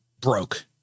broke